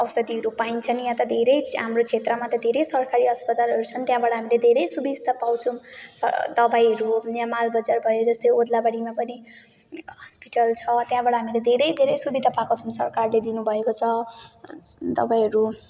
औषधीहरू पाइन्छन् यहाँ त धेरै हाम्रो क्षेत्रमा त धेरै सरकारी अस्पतालहरू छन् त्यहाँबाट हामीले धेरै सुविस्ता पाउँछौँ दबाईहरू यहाँ मालबजार भयो जस्तै उर्लाबारीमा पनि हस्पिटल छ त्यहाँबाट हामीले धेरै धेरै सुविधा पाएको छौँ सरकारले दिनुभएको छ दबाईहरू